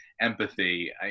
empathy